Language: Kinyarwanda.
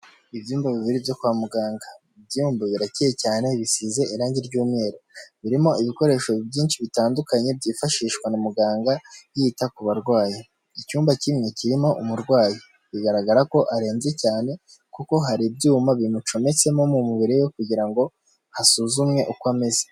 Ibyumba bibiri byo kwa muganga, ibi byumba birakeye cyane, bisize irangi ry'umweru, birimo ibikoresho byinshi bitandukanye byifashishwa na muganga yita ku barwayi, icyumba kinini kirimo umurwayi, bigaragara ko arembye cyane kuko hari ibyuma bimucometsemo mu mubiri we kugira ngo hasuzumwe uko ameze.